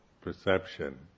perception